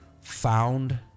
found